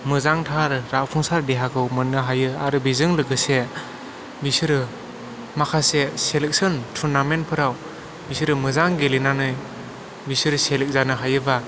मोजांथार राफुंसार देहाखौ मोननो हायो आरो बेजों लोगोसे बिसोरो माखासे सेलेखसन थुरनामेन्थफोराव बिसोरो मोजां गेलेनानै बिसोरो सेलेख जानो हायोब्ला